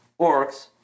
orcs